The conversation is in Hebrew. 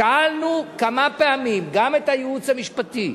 שאלנו כמה פעמים גם את הייעוץ המשפטי,